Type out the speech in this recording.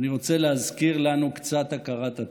אני רוצה להזכיר לנו קצת הכרת הטוב.